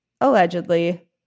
allegedly